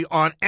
on